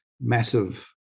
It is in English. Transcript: massive